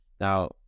now